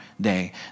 day